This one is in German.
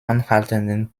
anhaltenden